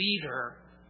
leader